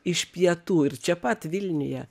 iš pietų ir čia pat vilniuje